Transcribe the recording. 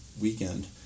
weekend